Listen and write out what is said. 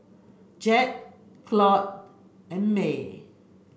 Jed Claud and May